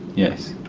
yes.